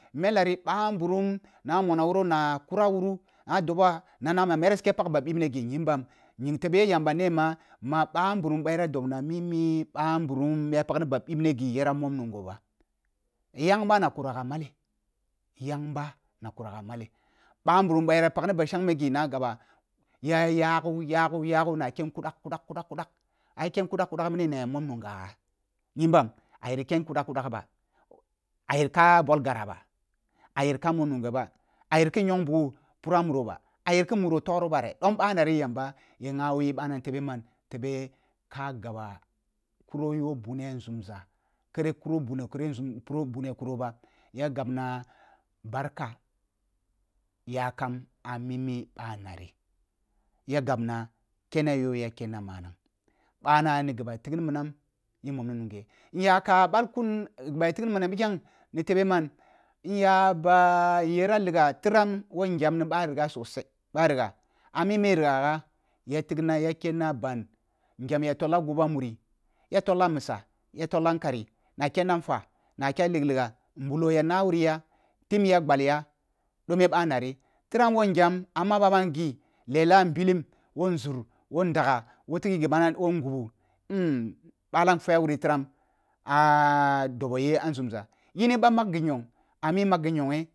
Mela ri ba nburum na monna wuro na kura wuru a dobo na na ma mere si kya pag ba bibna ghi nyimbam nying tebe yamba ne ma ba nburum ma banmurum ba yera doba mimi ɓa nburum miya pag ni ba bibne ghi nyimbam nying tebe yamba ne ma ba nburum ma ba nburum ba yera doba mimi ɓa nburu miya pag ni ba bibne ghi yera mom nungho ba yang ba na kwa gha male – yang ba na kuragah male ba nburum ba ya pagni ba shengme ghi na gaba na kyen tudak-kudak-kudak aya kyen kudak-kudak mini na aya mon nungha’ah nyimbam a yer ken kudak-kudak ba a yer ka boi ghara ba a yer ka mom nunghe ba a yer ki nyong nbugu muro ba a yer ki muro toru ba re dom bana ri yamba ya ngha wo yi bana tebe man tebe ka gaba kuro yoh bune ah nzumza kare kuro buni kare kuro ba ya gabna barka yakan amimi bana ri ya gabna kyene yo ya kyenne manang bana ni ghi ba tigni minam yin monni nunghe luya ka bulkun ghi mu ya tig ni minam biken ni tebe man in ya ba yera ligha tiram woh ngyam ni ba ligha sosa ba righa amimi righa’ah ya tigua ya kyanna ban ngyam ya folla guba muri ya tola misa ya tolla nkari na kyane nfa na kyan a lig liga nbulo ya nah wuri ya tim ya gbal ya dome bana ri tiran woh ngyam a mama bam gh. Lela nbilium woh nzur woh ndaga woh tighi gi bana woh ngufu bulam fe a wur, tiram dobo ye ah nzum za yi ni ɓamma ghi nyong.